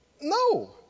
No